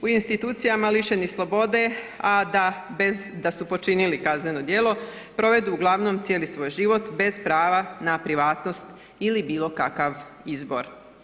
U institucijama lišeni slobode, a bez da su počinili kazneno djelo provedu uglavnom cijeli svoj život bez prava na privatnost ili bilo kakav izbor.